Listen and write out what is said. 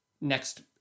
next